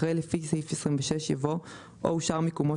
אחרי "לפי סעיף 26" יבוא "או אושר מיקומו